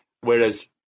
whereas